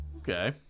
Okay